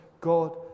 god